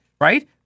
right